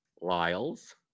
Lyles